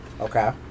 Okay